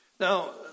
Now